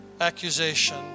accusation